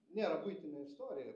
nėra buitinė istorija